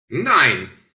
nein